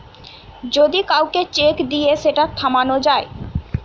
যদি কাউকে চেক দিয়ে সেটা থামানো যায়